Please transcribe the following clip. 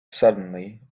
suddenly